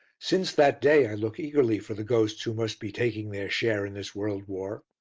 since that day i look eagerly for the ghosts who must be taking their share in this world-war.